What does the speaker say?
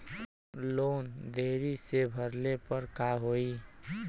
Loan देरी से भरले पर का होई?